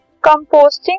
composting